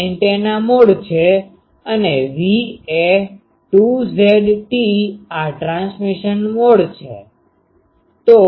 આ antenna mode છે અને V I2 એ 2 ZT આ ટ્રાન્સમિશન મોડ છે